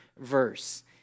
verse